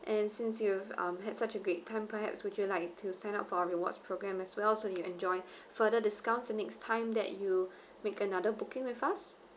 and since you um had such a great time perhaps would you like to sign up for rewards programme as well so you enjoy further discounts the next time that you make another booking with us